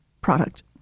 product